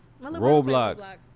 roblox